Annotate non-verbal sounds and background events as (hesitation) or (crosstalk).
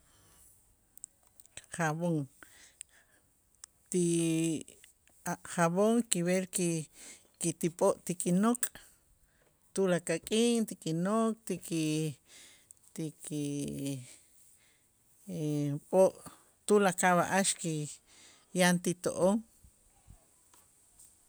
Jabón ti a' jabón kib'el ki- ki ti p'o' ti kinok' tulakal k'in ti kinok' ti ki ti ki (hesitation) p'o' tulakal b'a'ax ki yan ti to'on.